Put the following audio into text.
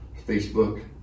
Facebook